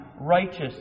righteous